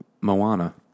Moana